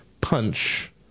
Punch